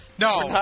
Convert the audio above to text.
No